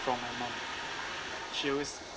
from my mum she always